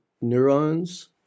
neurons